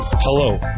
Hello